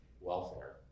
welfare